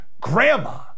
grandma